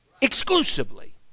exclusively